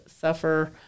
suffer